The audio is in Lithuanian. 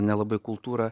nelabai kultūra